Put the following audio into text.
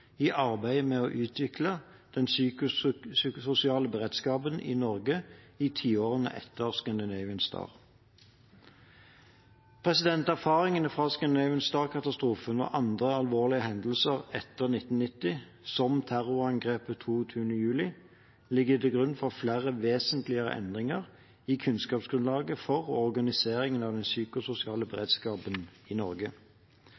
i arbeidet med å utvikle den psykososiale beredskapen i Norge i tiårene etter «Scandinavian Star». Erfaringene fra «Scandinavian Star»-katastrofen og andre alvorlige hendelser etter 1990, som terrorangrepet 22. juli, ligger til grunn for flere vesentlige endringer i kunnskapsgrunnlaget for og organiseringen av den psykososiale